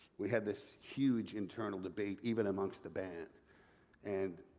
we had this huge internal debate even amongst the band and,